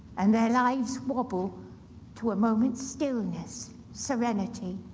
and their lives wobble to a moment's stillness, serenity,